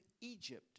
Egypt